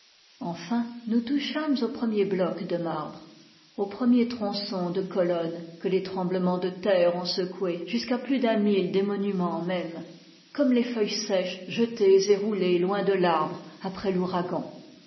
enfin nous touchâmes aux premiers blocs de marbre aux premiers tronçons de colonnes que les tremblemens de terre ont secoués jusqu'à plus d'un mille des monumens même comme les feuilles sèches jetées et roulées loin de l'arbre après l'ouragan